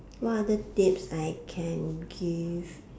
what other tips I can give